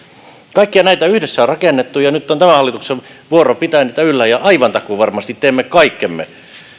kaikkia näitä yhdessä on rakennettu ja nyt on tämän hallituksen vuoro pitää niitä yllä ja aivan takuuvarmasti teemme kaikkemme